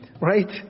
right